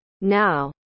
now